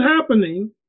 happening